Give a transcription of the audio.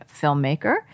filmmaker